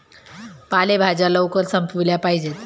पालेभाज्या लवकर संपविल्या पाहिजेत